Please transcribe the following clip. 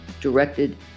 directed